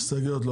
הצבעה 2 נמנעים.